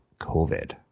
COVID